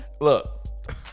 Look